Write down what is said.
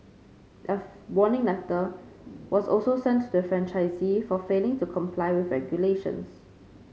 a warning letter was also sent to the franchisee for failing to comply with regulations